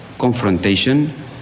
confrontation